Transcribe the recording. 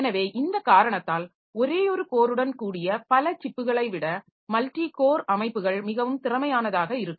எனவே இந்த காரணத்தால் ஒரேயாெரு கோருடன் கூடிய பல சிப்புகளை விட மல்டி கோர் அமைப்புகள் மிகவும் திறமையானதாக இருக்கும்